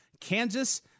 kansas